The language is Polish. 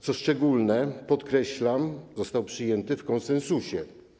Co szczególne, podkreślam, został przyjęty w konsensusie.